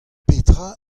petra